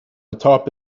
atop